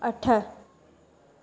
अठ